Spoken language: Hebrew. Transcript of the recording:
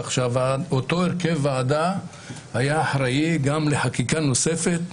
ואותו הרכב ועדה היה אחראי גם לחקיקה נוספת.